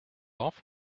off